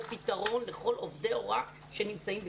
פתרון לכל עובדי ההוראה שנמצאים בסיכון.